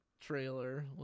trailer